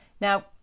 Now